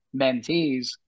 mentees